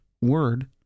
word